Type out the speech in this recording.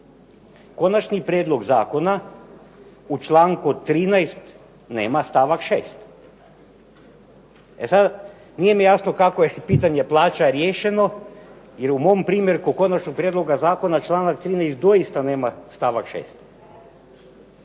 konačni prijedlog zakona u članku 13. nema stavak 6. E sada mi nije jasno kako je pitanje plaća riješeno jer u mom primjerku konačnog prijedloga zakona članak 13. dosita nema stavak 6.